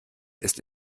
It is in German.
ist